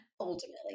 Ultimately